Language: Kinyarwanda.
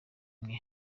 mwe